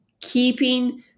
keeping